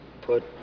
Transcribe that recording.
put